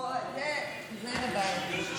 אוה, זה בעייתי.